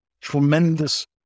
tremendous